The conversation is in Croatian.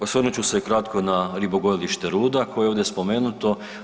Osvrnut ću se kratko na ribogojilište Ruda koje je ovdje spomenuto.